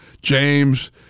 James